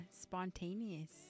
spontaneous